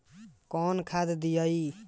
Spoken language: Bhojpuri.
कौन खाद दियई?